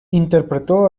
interpretó